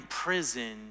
prison